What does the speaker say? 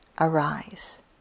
arise